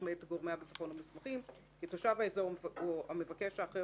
מאת גורמי הביטחון המוסמכים כי תושב האזור או המבקש האחר